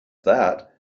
that